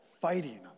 fighting